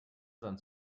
sand